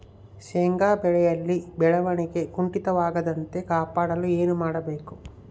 ಶೇಂಗಾ ಬೆಳೆಯಲ್ಲಿ ಬೆಳವಣಿಗೆ ಕುಂಠಿತವಾಗದಂತೆ ಕಾಪಾಡಲು ಏನು ಮಾಡಬೇಕು?